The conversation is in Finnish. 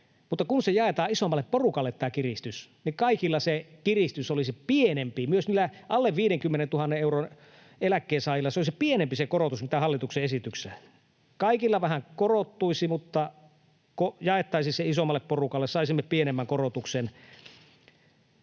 mutta kun tämä kiristys jaetaan isommalle porukalle, niin kaikilla se kiristys olisi pienempi. Myös niillä alle 50 000 euron eläkkeen saajilla olisi pienempi se korotus kuin hallituksen esityksessä. Kaikilla vähän korottuisi, mutta kun jaettaisiin se isommalle porukalle, saisimme pienemmän korotuksen.